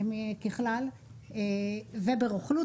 וברוכלות,